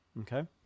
Okay